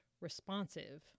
responsive